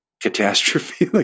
catastrophe